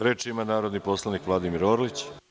Reč ima narodni poslanik Vladimir Orlić.